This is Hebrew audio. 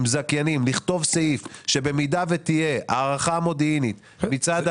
זכיינים לכתוב סעיף שבמידה ותהיה הערכה מודיעינית מצד המשטרה.